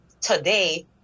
today